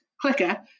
clicker